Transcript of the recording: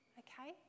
okay